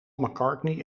mccartney